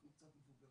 אנחנו קצת מבוגרים,